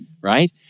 right